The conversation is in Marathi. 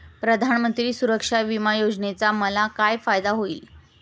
प्रधानमंत्री सुरक्षा विमा योजनेचा मला काय फायदा होईल?